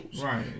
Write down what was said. Right